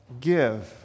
give